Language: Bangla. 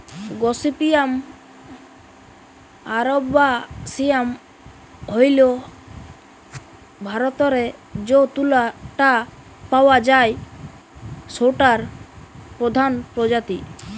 গসিপিয়াম আরবাসিয়াম হইল ভারতরে যৌ তুলা টা পাওয়া যায় সৌটার প্রধান প্রজাতি